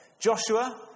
Joshua